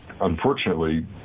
unfortunately